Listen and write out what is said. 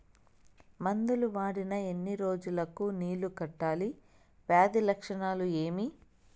మందులు వాడిన ఎన్ని రోజులు కు నీళ్ళు కట్టాలి, వ్యాధి లక్షణాలు ఏమి?